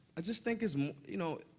i just think it's you know,